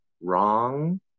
wrong